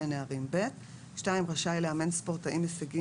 ונערים ב'; (2)רשאי לאמן ספורטאים הישגיים